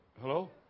Hello